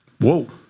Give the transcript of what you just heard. Whoa